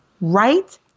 Right